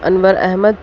Anwar Ahmad